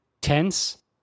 tense